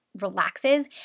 Relaxes